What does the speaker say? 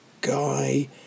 guy